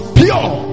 pure